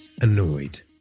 annoyed